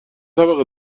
طبقه